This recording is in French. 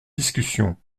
discussion